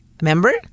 remember